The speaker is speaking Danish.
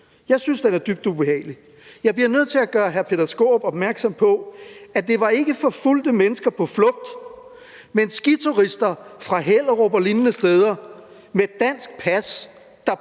Jeg synes, den er dybt ubehagelig. Jeg bliver nødt til at gøre hr. Peter Skaarup opmærksom på, at det ikke var forfulgte mennesker på flugt, men skiturister fra Hellerup og lignende steder med dansk pas, der